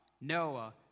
Noah